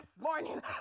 morning